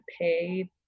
pay